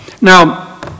Now